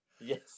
Yes